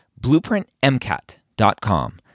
BlueprintMCAT.com